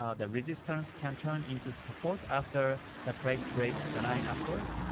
um the resistance can turn into support after the price breaks the line upwards,